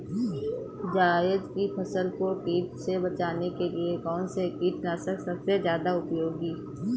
जायद की फसल को कीट से बचाने के लिए कौन से कीटनाशक सबसे ज्यादा उपयोगी होती है?